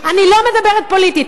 פוליטית, אני לא מדברת פוליטית.